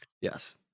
Yes